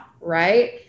right